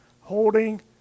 holding